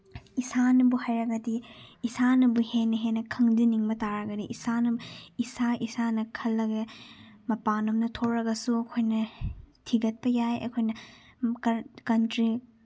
ꯏꯁꯥꯅꯕꯨ ꯍꯩꯔꯒꯗꯤ ꯏꯁꯥꯅꯕꯨ ꯍꯦꯟꯅ ꯍꯦꯟꯅ ꯈꯪꯖꯤꯟꯅꯤꯡꯕ ꯇꯥꯔꯒꯗꯤ ꯏꯁꯥꯅ ꯏꯁꯥ ꯏꯁꯥꯅ ꯈꯜꯂꯒ ꯃꯄꯥꯜ ꯂꯣꯝꯗ ꯊꯣꯛꯂꯒꯁꯨ ꯑꯩꯈꯣꯏꯅ ꯊꯤꯒꯠꯄ ꯌꯥꯏ ꯑꯩꯈꯣꯏꯅ ꯀꯟꯇ꯭ꯔꯤ